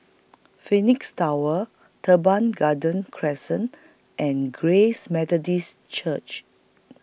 Phoenix Tower Teban Garden Crescent and Grace Methodist Church